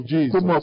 Jesus